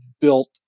built